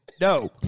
No